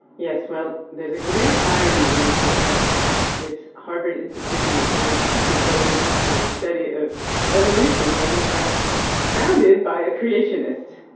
yes, well there's a great irony which is that this harvard institution that's now devoted to the study of evolution was in fact founded by a creationist.